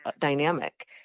dynamic